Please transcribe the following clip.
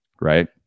right